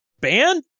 Ban